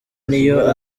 niyo